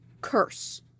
curse